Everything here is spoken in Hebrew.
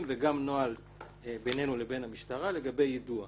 וגם בינינו לבין המשטרה לגבי יידוע.